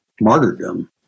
Martyrdom